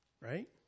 Right